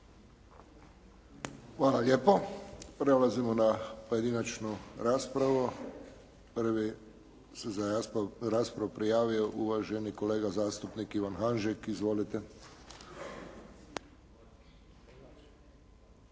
Hvala lijepo. Prelazimo na pojedinačnu raspravu. Prvi se za raspravu prijavio uvaženi kolega zastupnik Ivan Hanžek. Izvolite.